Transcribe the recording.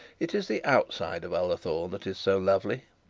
it is the outside of ullathorne that is so lovely.